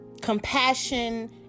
compassion